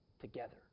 together